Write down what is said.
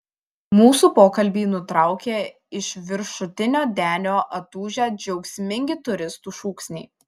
mūsų pokalbį nutraukė iš viršutinio denio atūžę džiaugsmingi turistų šūksniai